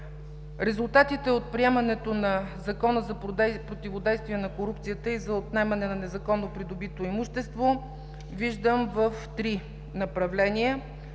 Резултатите от приемането на Закона за борба и противодействие на корупцията и за отнемане на незаконно придобито имущество виждам в три направления.